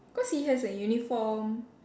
cause he has a uniform